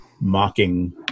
mocking